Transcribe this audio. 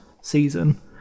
season